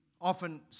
often